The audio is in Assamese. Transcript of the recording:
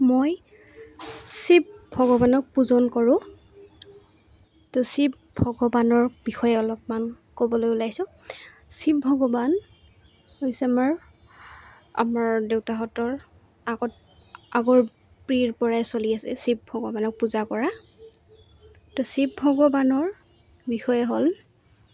মই শিৱ ভগৱানক পোজন কৰোঁ তো শিৱ ভগৱানৰ বিষয়ে অলপমান ক'বলৈ ওলাইছোঁ শিৱ ভগৱান হৈছে আমাৰ আমাৰ দেউতাহঁতৰ আগত আগৰ পৰাই চলি আছে শিৱ ভগৱানক পূজা কৰা তো শিৱ ভগৱানৰ বিষয়ে হ'ল